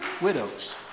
widows